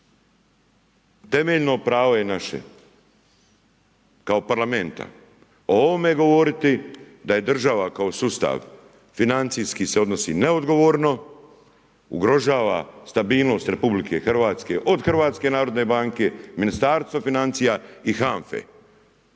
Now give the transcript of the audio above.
Temeljno pravo je naše ako parlamenta o ovome govoriti da je država kao sustav financijski se odnosi neodgovorno, ugrožava stabilnost RH od HNB-a, Ministarstva financija i HANFA-e.